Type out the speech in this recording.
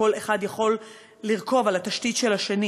שכל אחד יכול לרכוב על התשתית של השני